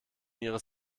ihres